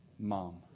Mom